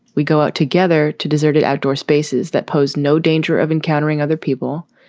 we go out together to deserted outdoor spaces that pose no danger of encountering other people.